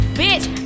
bitch